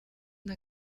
una